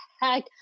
heck